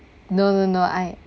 no no no I